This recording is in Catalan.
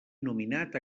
nominat